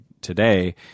today